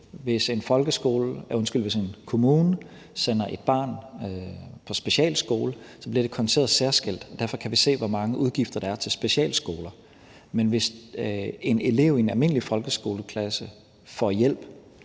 Hvis en kommune sender et barn på specialskole, bliver det konteret særskilt, og derfor kan vi se, hvor mange udgifter der er til specialskoler. Men hvis en elev i en almindelig folkeskoleklasse får hjælp